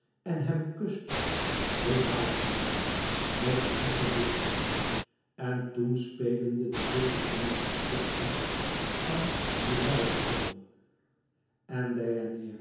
en hem kuste den baardmond met de zoete lipjes en toen spelende de witte bloemetjes plukte aan den weidenzoom en